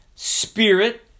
Spirit